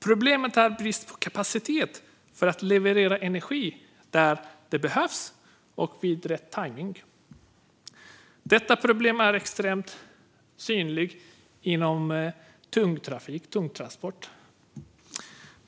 Problemet är brist på kapacitet för att leverera energi dit där den behövs och med rätt tajmning. Detta problem är extremt synligt inom tung trafik och tunga transporter.